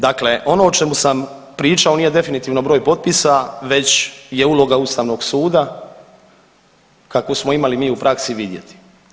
Dakle ono o čemu sam pričao nije definitivno broj potpisa već je uloga Ustavnog suda kakvu smo imali mi u praksi vidjeti.